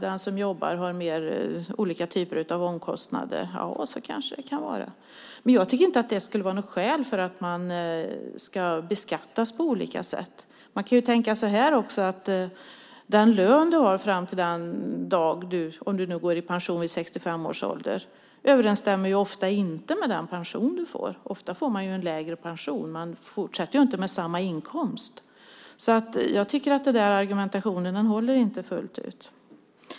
Den som jobbar har olika typer av omkostnader. Ja, så kanske det kan vara. Men jag tycker inte att det skulle vara något skäl för att man ska beskattas på olika sätt. Man kan ju också tänka så här: Den lön du har fram till den dag du går i pension, om du nu går i pension vid 65 års ålder, överensstämmer ofta inte med den pension du får. Ofta får man en lägre pension. Man fortsätter inte med samma inkomst. Jag tycker alltså inte att den där argumentationen håller fullt ut.